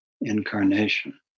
incarnation